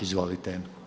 Izvolite.